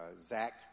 Zach